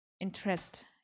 interest